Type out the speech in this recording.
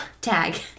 Tag